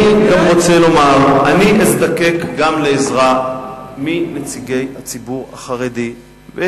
אני גם רוצה לומר: אני אזדקק גם לעזרה מנציגי הציבור החרדי.